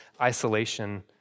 isolation